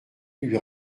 lui